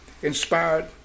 inspired